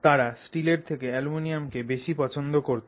তারা স্টিলের থেকে অ্যালুমিনিয়াম কে বেশি পছন্দ করতো